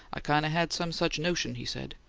i kind of had some such notion, he said.